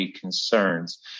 concerns